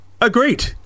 Agreed